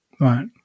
Right